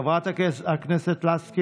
חבר הכנסת אשר,